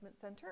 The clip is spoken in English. Center